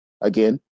Again